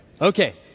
Okay